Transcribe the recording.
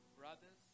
brothers